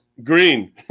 Green